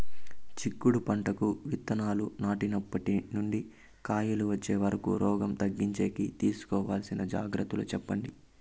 చిక్కుడు పంటకు విత్తనాలు నాటినప్పటి నుండి కాయలు వచ్చే వరకు రోగం తగ్గించేకి తీసుకోవాల్సిన జాగ్రత్తలు చెప్పండి?